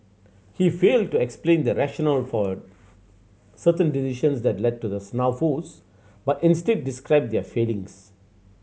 he failed to explain the rationale for certain decisions that led to the snafus but instead described their failings